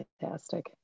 fantastic